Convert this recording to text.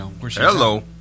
Hello